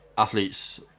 athletes